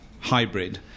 hybrid